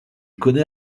connait